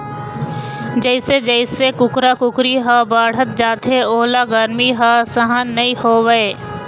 जइसे जइसे कुकरा कुकरी ह बाढ़त जाथे ओला गरमी ह सहन नइ होवय